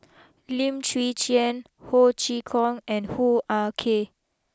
Lim Chwee Chian Ho Chee Kong and Hoo Ah Kay